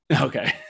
Okay